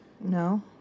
No